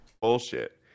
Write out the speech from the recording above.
bullshit